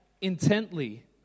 intently